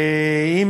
ואם